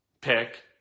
pick